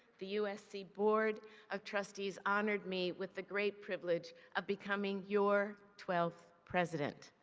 the usc board of trustees honored me with the great privilege of becoming your twelve president.